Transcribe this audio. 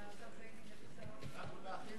כל היתר